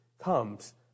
comes